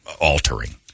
altering